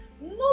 No